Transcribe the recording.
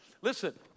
Listen